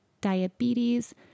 diabetes